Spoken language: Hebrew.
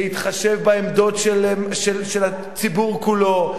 להתחשב בעמדות של הציבור כולו,